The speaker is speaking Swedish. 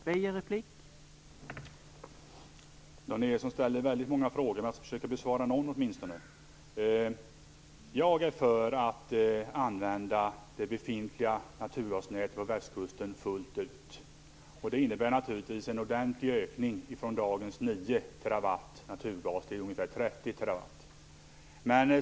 Herr talman! Dan Ericsson ställer många frågor. Jag skall åtminstone försöka besvara någon. Jag är för att man använder det befintliga naturgasnätet på västkusten fullt ut. Det innebär naturligtvis en ordentlig ökning från dagens 9 terawatt till ungefär 30 terawatt.